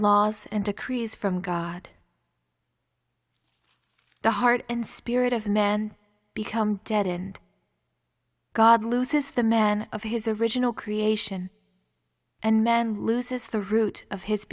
laws and decrees from god the heart and spirit of men become deadened god loses the men of his original creation and men loses the root of his